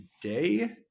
today